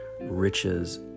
riches